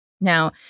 Now